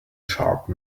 sharp